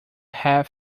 half